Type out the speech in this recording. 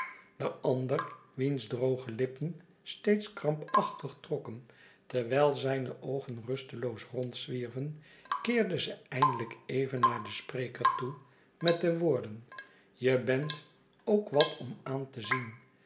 de ander wiens droge lippen steeds krampachtig trokken terwijl zijne oogen rusteloos rondzwierven keerde ze eindelijk even naar den spreker toe met de woorden je bent ook wat om aan te zien